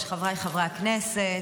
חבריי חברי הכנסת,